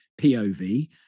pov